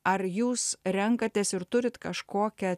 ar jūs renkatės ir turit kažkokią